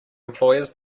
employers